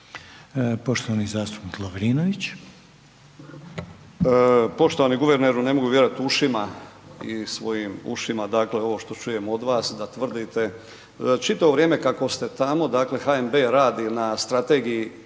Ivan (Promijenimo Hrvatsku)** Poštovani guverneru ne mogu vjerovati ušima i svojim ušima. Dakle ovo što čujem od vas da tvrdite, čitavo vrijeme kako ste tamo dakle HNB radi na strategiji